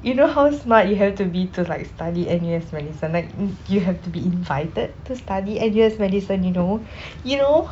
you know how smart you have to be to like study N_U_S medicine like you have to be invited to study N_U_S medicine you know you know